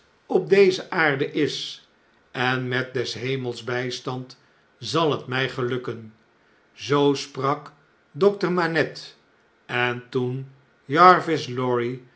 op deze aarde is en metdeshemels bjstand zal het mj gelukken zoo sprak dokter manette en toen